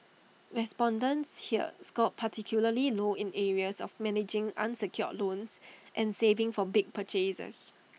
respondents here scored particularly low in areas of managing unsecured loans and saving for big purchases